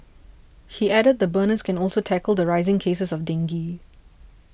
he added the burners can also tackle the rising cases of dengue